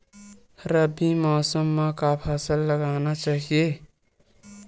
रबी मौसम म का फसल लगाना चहिए?